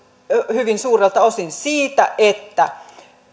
hyvin suurelta osin siitä että